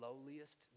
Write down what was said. lowliest